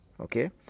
Okay